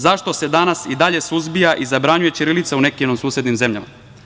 Zašto se danas i dalje suzbija i zabranjuje ćirilica u nekim susednim zemljama?